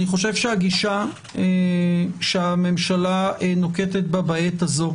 אני חושב שהגישה שהממשלה נוקטת בה בעת הזאת,